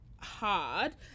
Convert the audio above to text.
hard